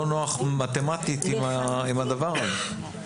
לא נוח מתמטית עם הדבר הזה.